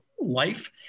life